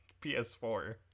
PS4